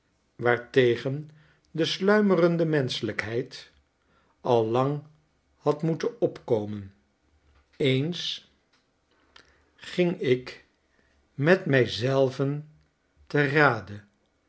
waartegen de sluimerende menschelykheid al lang had moeten opkomen eens ging ik met mij zelven te rade